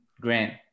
Grant